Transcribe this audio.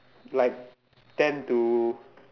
like ten to